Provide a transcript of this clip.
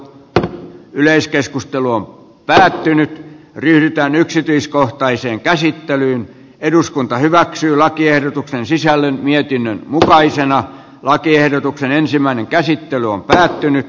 tätä yleiskeskustelua täytyy nyt ryhdytään yksityiskohtaiseen käsittelyyn eduskunta hyväksyy lakiehdotuksen sisällön mietinnön tällaisena lakiehdotuksen ensimmäinen käsittely on päättynyt